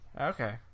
Okay